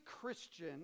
Christian